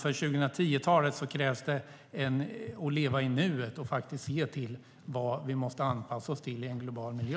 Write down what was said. För 2010-talet krävs i stället att man lever i nuet och ser till vad vi måste anpassa oss till i en global miljö.